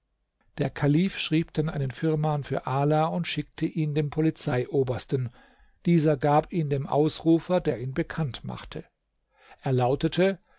der kalif schrieb dann einen firman für ala und schickte ihn dem polizeiobersten dieser gab ihn dem ausrufer der ihn bekannt machte er lautete